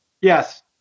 Yes